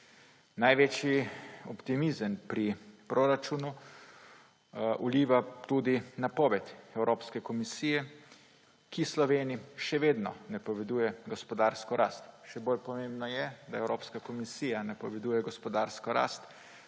Največji optimizem pri proračunu vliva tudi napoved Evropske komisije, ki Sloveniji še vedno napoveduje gospodarsko rast. Še bolj pomembno je, da Evropska komisija napoveduje gospodarsko rast